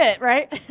right